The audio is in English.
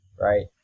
right